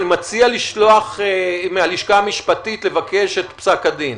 אני מציע לבקש מהלשכה המשפטית את פסק הדין